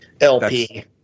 LP